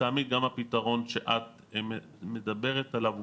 לטעמי גם הפתרון שאת מדברת עליו הוא